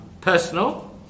personal